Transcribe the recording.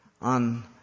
on